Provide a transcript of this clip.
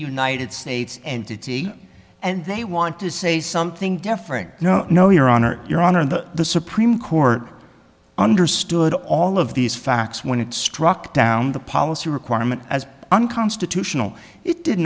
united states entity and they want to say something different no no your honor your honor and the supreme court understood all of these facts when it struck down the policy requirement as unconstitutional it did